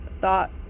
thought